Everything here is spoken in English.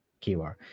keyword